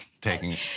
taking